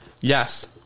Yes